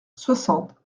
soixante